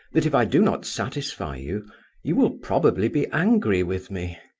that if i do not satisfy you you will probably be angry with me.